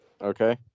Okay